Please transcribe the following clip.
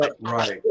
Right